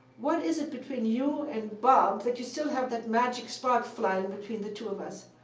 what is it between you and bob that you still have that magic spark flying between the two of us?